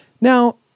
Now